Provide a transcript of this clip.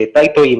טייטואים,